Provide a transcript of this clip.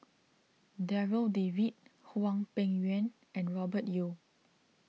Darryl David Hwang Peng Yuan and Robert Yeo